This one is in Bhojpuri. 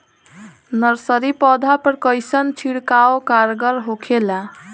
नर्सरी पौधा पर कइसन छिड़काव कारगर होखेला?